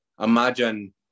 imagine